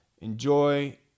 enjoy